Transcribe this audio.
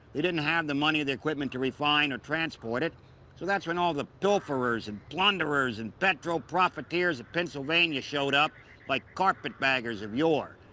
they didn't have the money, the equipment to refine or transport it, so that's when all the pilferers and plunderers and petrol profiteers of pennsylvania showed up like carpetbaggers of yore.